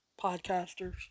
podcasters